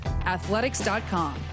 athletics.com